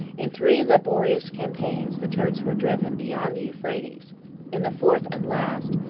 in three laborious campaigns, the turks were driven beyond the euphrates in the fourth and last,